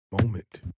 moment